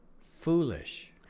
foolish